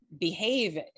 behave